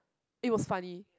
it was funny